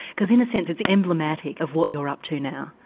because in a sense it's emblematic of what you're up to now.